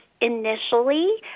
initially